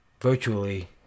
virtually